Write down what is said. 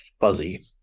fuzzy